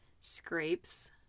scrapes